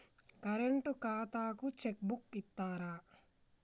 Current ఖాతాకు cheque book ఇత్తరా?